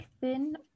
thin